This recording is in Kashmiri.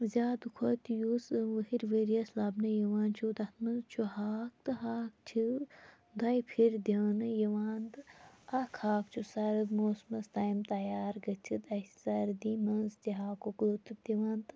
زیاد کھۄتہ یُس وٕہٕرۍ ؤریَس لَبنہٕ یِوان چھُ تتھ مَنٛز چھُ ہاکھ تہٕ ہاکھ چھُ دۄیہِ پھِرٕ دِونہٕ یِوان تہٕ اکھ ہاکھ چھُ سرد موسمَن تام تَیار گٔژھِتھ اَسہِ سردی مَنٛز تہِ ہاکُک لُطُف دِوان تہٕ